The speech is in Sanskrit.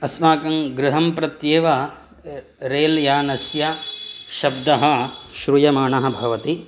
अस्माकङ्गृहं प्रत्येव रेल् यानस्य शब्दः श्रूयमाणः भवति